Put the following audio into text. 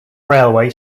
railway